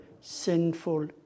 sinful